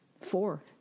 four